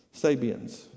Sabians